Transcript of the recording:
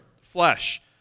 flesh